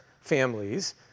families